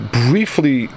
briefly